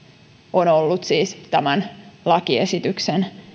on ollut siis tämän lakiesityksen